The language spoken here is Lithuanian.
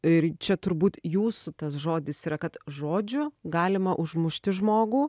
ir čia turbūt jūsų tas žodis yra kad žodžiu galima užmušti žmogų